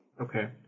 Okay